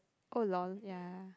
oh lol ya